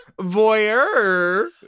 voyeur